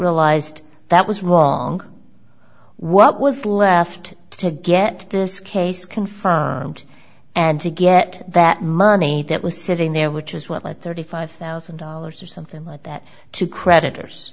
realized that was wrong what was left to get this case confirmed and to get that money that was sitting there which is what my thirty five thousand dollars or something like that to creditors